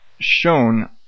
shown